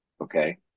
okay